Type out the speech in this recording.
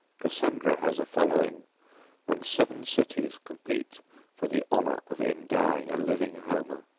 cassandra has a following and seven cities compete for the honor of endowing a living homer.